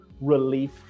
relief